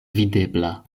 videbla